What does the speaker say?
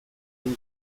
egin